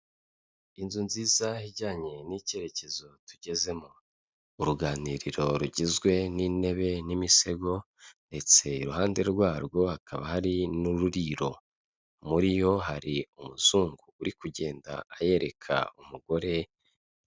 Inzu nziza ijyanye n'icyerekezo tugezemo, uruganiriro rugizwe n'intebe n'imisego ndetse iruhande rwarwo hakaba hari n'ururiro, muri yo hari umuzungu uri kugenda yereka umugore.